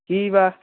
কি বা